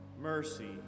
mercy